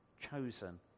Chosen